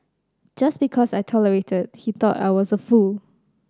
just because I tolerated he thought I was a fool